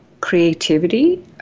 creativity